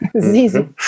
zizi